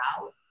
out